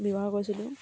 ব্যৱহাৰ কৰিছিলোঁ